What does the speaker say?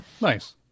nice